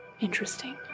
Interesting